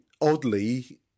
oddly